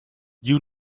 you